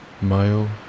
Mile